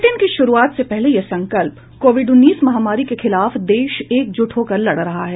bulletin की शुरूआत से पहले ये संकल्प कोविड उन्नीस महामारी के खिलाफ देश एकजुट होकर लड़ रहा है